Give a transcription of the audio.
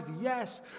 yes